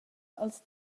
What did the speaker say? als